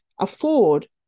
afford